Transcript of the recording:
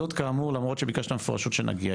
זאת כאמור למרות שביקשת מפורשות שנגיע.